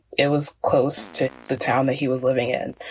it was close to the town that he was living in.